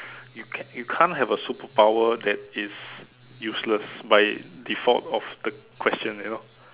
you can you can't have a superpower that is useless by default of the question you know